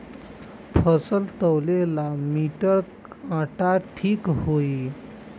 फसल तौले ला मिटर काटा ठिक होही?